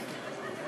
שקט.